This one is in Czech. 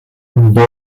boj